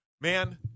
man